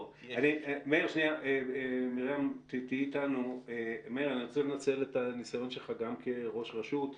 מאיר, אני רוצה לנצל את הניסיון שלך גם כראש רשות.